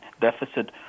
deficit